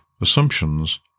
Assumptions